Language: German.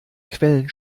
quellen